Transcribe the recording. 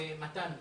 למתן פטור.